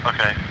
Okay